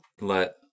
let